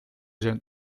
jeunes